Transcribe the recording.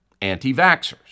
anti-vaxxers